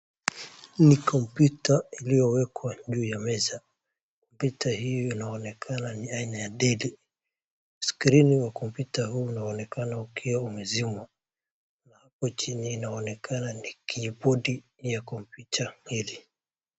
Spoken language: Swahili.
Ni kompyuta iliyowekwa juu ya meza. Kompyuta hii inaonekana ni aina ya Dell. Screen wa kompyuta huu unaonekana umezimwa na hapo chini inaonekana ni keyboard ya kompyuta hili.